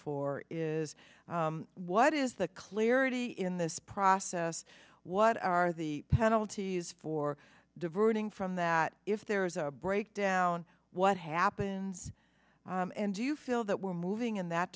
for is what is the clarity in this process what are the penalties for diverting from that if there is a breakdown what happens and do you feel that we're moving in that